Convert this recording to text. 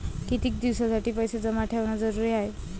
कितीक दिसासाठी पैसे जमा ठेवणं जरुरीच हाय?